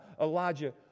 Elijah